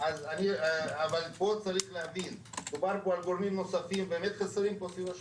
רוצים לעשות מגה-שיווק אבל לא עושים לה חיבור לכביש 6. בעצם ככל שהמקום הזה מתפתח הוא כלוא במקום שאין לו יציאות,